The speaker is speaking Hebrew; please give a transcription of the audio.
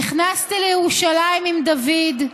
נכנסתי לירושלים עם דוד,